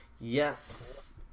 Yes